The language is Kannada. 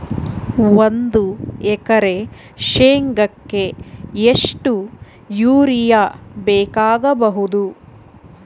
ಒಂದು ಎಕರೆ ಶೆಂಗಕ್ಕೆ ಎಷ್ಟು ಯೂರಿಯಾ ಬೇಕಾಗಬಹುದು?